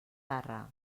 zarra